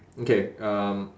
okay um